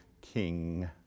king